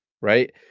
right